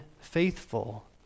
faithful